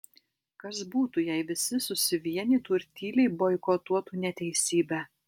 kas būtų jei visi susivienytų ir tyliai boikotuotų neteisybę